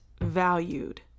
valued